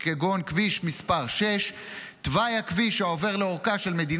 כגון כביש מספר 6. תוואי הכביש העובר לאורכה של מדינת